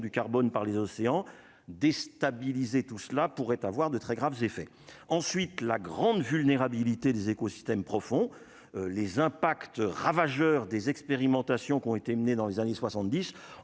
carbone par les océans déstabiliser tout cela pourrait avoir de très graves effets ensuite la grande vulnérabilité des écosystèmes profonds, les impacts ravageurs des expérimentations qui ont été menées dans les années 70 ont